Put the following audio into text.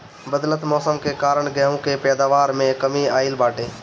बदलत मौसम के कारण गेंहू के पैदावार में कमी आइल बाटे